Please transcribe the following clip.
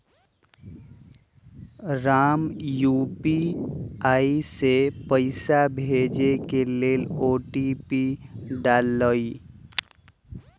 Ram UPI से पइसा भेजे के लेल ओ.टी.पी डाललई